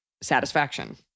satisfaction